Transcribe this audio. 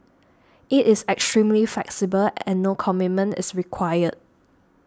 it is extremely flexible and no commitment is required